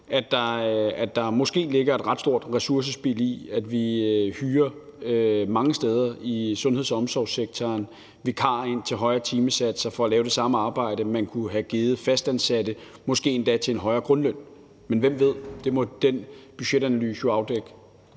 at der måske ligger et ret stort ressourcespild i, at vi mange steder i sundheds- og omsorgssektoren hyrer vikarer ind til timesatser for at lave det samme arbejde, man kunne have givet fastansatte, måske endda til en højere grundløn. Men hvem ved, det må den budgetanalyse jo afdække.